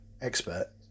expert